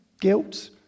guilt